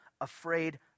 afraid